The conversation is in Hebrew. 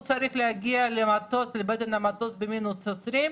הוא צריך להגיע לבטן המטוס במינוס 20 מעלות,